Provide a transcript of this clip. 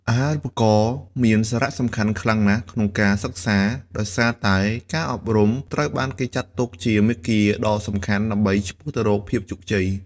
អាហារូបករណ៍មានសារៈសំខាន់ខ្លាំងណាស់ក្នុងការសិក្សា ដោយសារតែការអប់រំត្រូវបានគេចាត់ទុកជាមាគ៌ាដ៏សំខាន់ដើម្បីឆ្ពោះទៅរកភាពជោគជ័យ។